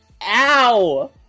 Ow